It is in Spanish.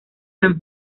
san